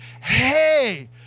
hey